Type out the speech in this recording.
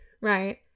right